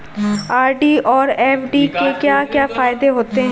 RD और FD के क्या क्या फायदे होते हैं?